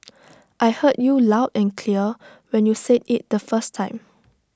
I heard you loud and clear when you said IT the first time